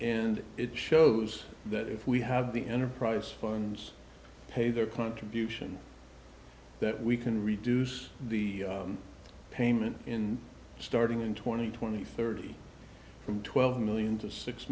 and it shows that if we have the enterprise funds pay their contribution that we can reduce the payment in starting in twenty twenty thirty from twelve million to six